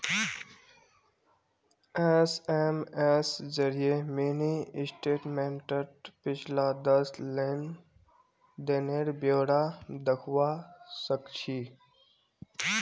SMS जरिए mini स्टेटमेंटत पिछला दस लेन देनेर ब्यौरा दखवा सखछी